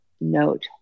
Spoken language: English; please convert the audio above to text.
note